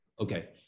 Okay